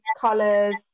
colors